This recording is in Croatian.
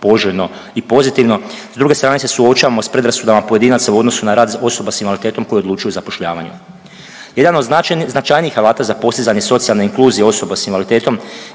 poželjno i pozitivno, s druge strane se suočavamo s predrasudama pojedinaca u odnosu na rad osoba s invaliditetom koje odlučuje zapošljavanje. Jedan od značajnijih alata za postizanje socijalne inkluzije osoba s invaliditetom